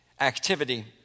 activity